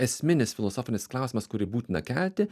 esminis filosofinis klausimas kurį būtina kelti